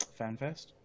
FanFest